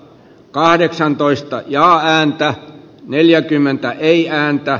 kahdeksantoista ja häntä neljäkymmentä ei häntä